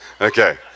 Okay